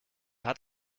hat